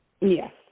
Yes